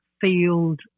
field